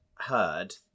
heard